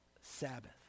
Sabbath